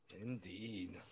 indeed